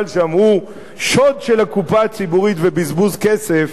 שם הוא שוד של הקופה הציבורית ובזבוז כסף,